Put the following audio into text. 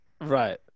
Right